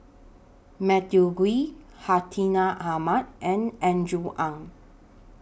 Matthew Ngui Hartinah Ahmad and Andrew Ang